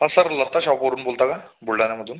हा सर लता शॉपवरून बोलता का बुलढाण्यामधून